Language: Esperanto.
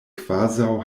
kvazaŭ